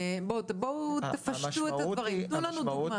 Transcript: בואו תפשטו את הדברים, תנו לנו דוגמה.